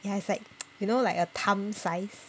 ya it's like you know like a thumb size